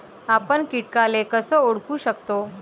आपन कीटकाले कस ओळखू शकतो?